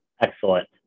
Excellent